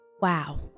Wow